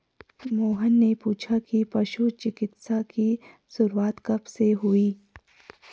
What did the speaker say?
मोहन ने पूछा कि पशु चिकित्सा की शुरूआत कब से हुई?